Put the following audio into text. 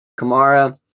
Kamara